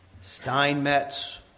Steinmetz